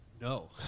No